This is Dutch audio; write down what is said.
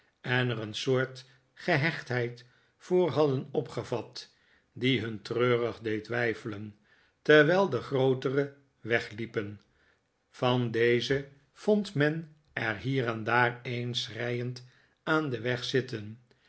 en er een soort gehechiheid voor hadden opgevat die hun treurig deed weifelen terwijl de grooteren wegliepen van deze vond men er hier en daar een schreiend aan den weg zitten